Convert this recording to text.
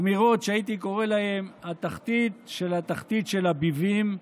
אמירות שהייתי קורא להן התחתית של התחתית של הביבים.